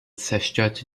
zerstörte